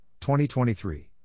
20-23